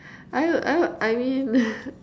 I would I would I mean